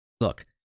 look